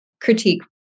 critique